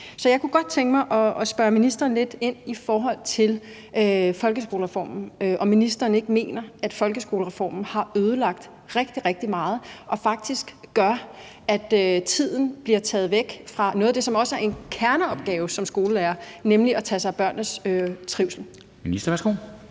Så jeg kunne godt tænke mig at spørge lidt ind til folkeskolereformen: Mener ministeren ikke, at folkeskolereformen har ødelagt rigtig, rigtig meget og faktisk gør, at tiden bliver taget væk fra noget af det, som også er en kerneopgave for en skolelærer, nemlig at tage sig af børnenes trivsel? Kl.